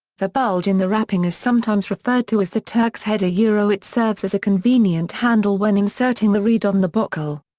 the bulge in the wrapping is sometimes referred to as the turk's head yeah it serves as a convenient handle when inserting the reed on the bocal.